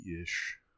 ish